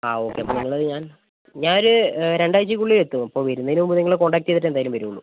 ആ ഓക്കെ അപ്പോൾ നിങ്ങളെ ഞാൻ ഞാ ഒരു രണ്ടാഴ്ച്ചക്കുള്ളിൽ എത്തും അപ്പോൾ വരുന്നതിന് മുമ്പ് നിങ്ങളെ കോൺടാക്റ്റ് ചെയ്തിട്ടേ എന്തായാലും വരുള്ളൂ